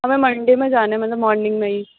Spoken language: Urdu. ہمیں منڈے میں جانا ہے مطلب مارننگ میں ہی